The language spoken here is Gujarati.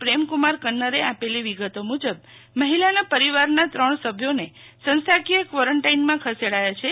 પ્રેમકુરમા કન્નરે આપેલી વિગતો મુજબ મહિલાના પરિવારના ત્રણ સભ્યોનો સંસ્થાકીય ક્વોરન્ટાઈનમાં ખસેડાયા છે